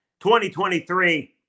2023